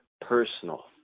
personal